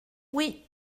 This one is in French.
oui